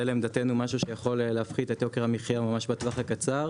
לעמדתנו משהו שיכול להפחית את יוקר המחיה ממש בטווח הקצר